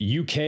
UK